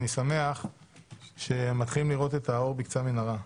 שמח שאנחנו לראות את האור בקצה המנהרה.